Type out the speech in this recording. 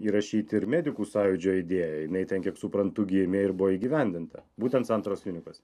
įrašyti ir medikų sąjūdžio idėją jinai ten kiek suprantu gimė ir buvo įgyvendinta būtent santaros klinikose